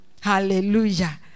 Hallelujah